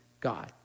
God